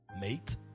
mate